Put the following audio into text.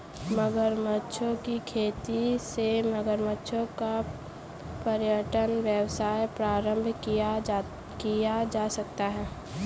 मगरमच्छों की खेती से मगरमच्छों का पर्यटन व्यवसाय प्रारंभ किया जा सकता है